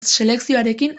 selekzioarekin